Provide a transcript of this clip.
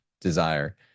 desire